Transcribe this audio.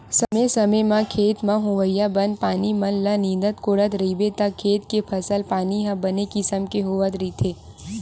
समे समे म खेत म होवइया बन पानी मन ल नींदत कोड़त रहिबे त खेत के फसल पानी ह बने किसम के होवत रहिथे